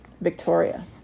Victoria